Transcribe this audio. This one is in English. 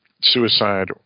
suicide